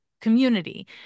community